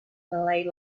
malay